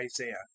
Isaiah